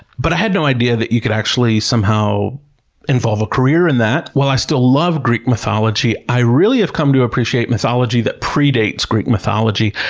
but i had no idea that you could actually somehow involve a career in that. while i still love greek mythology, i really have come to appreciate mythology that pre-dates greek mythology.